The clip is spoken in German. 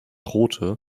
rothe